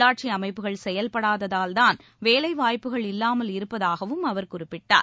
உள்ளாட்சி அமைப்புகள் செயல்படாததால்தான் வேலை வாய்ப்புகள் இல்லாமல் இருப்பதாகவும் அவர் குறிப்பிட்டார்